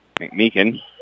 McMeekin